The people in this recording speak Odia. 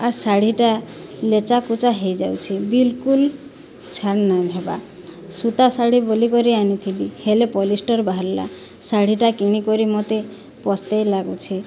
ଆର୍ ଶାଢ଼ୀଟା ଲୋଚାକୋଚା ହୋଇଯାଉଛି ବିଲକୁଲ ଛାନ୍ ନାହିଁ ହେବା ସୂତା ଶାଢ଼ୀ ବୋଲିକରି ଆଣିଥିଲି ହେଲେ ପଲିଷ୍ଟର ବାହାରିଲା ଶାଢ଼ୀଟା କିଣିକରି ମୋତେ ପସ୍ତାଇ ଲାଗୁଛି